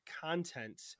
content